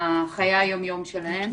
אבל אני חושבת שהוא המודל והדוגמה שאליו